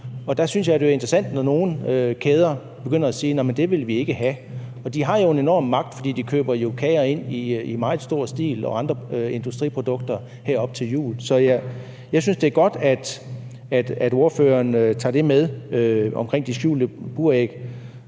Der synes jeg jo, det er interessant, når nogle kæder begynder at sige: Det vil vi ikke have. Og de har en enorm magt, for de køber jo kager og andre industriprodukter ind i meget stor stil her op til jul. Så jeg synes, det er godt, at ordføreren tager det omkring de skjulte buræg